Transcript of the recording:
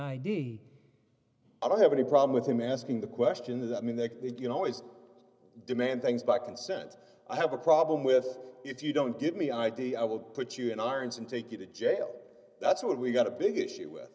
id i don't have any problem with him asking the questions i mean that you know always demand things by consent i have a problem with if you don't give me ideas i will put you in irons and take you to jail that's what we've got a big issue with